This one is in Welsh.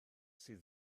sydd